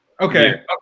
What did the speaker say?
okay